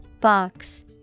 Box